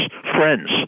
friends